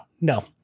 no